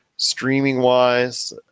streaming-wise